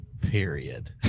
period